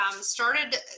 started